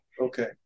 Okay